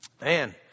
Man